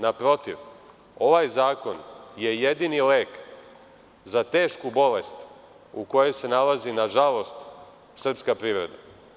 Naprotiv, ovaj zakon je jedini lek za tešku bolest u kojoj se nalazi, nažalost, srpska privreda.